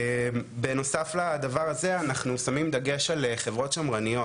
בנוסף לדבר הזה, אנחנו שמים דגש על חברות שמרניות,